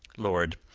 lord!